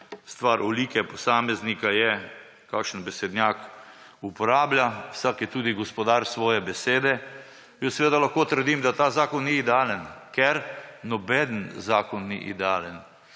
Stvar olike posameznika je kakšen besednjak uporablja. Vsak je tudi gospodar svoje besede. Jaz seveda lahko trdim, da ta zakon ni idealen, ker noben zakon ni idealen.